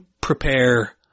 prepare